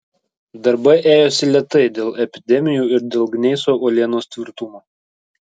darbai ėjosi lėtai dėl epidemijų ir dėl gneiso uolienos tvirtumo